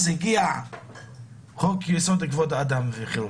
הגיע חוק-יסוד: כבוד האדם וחרותו,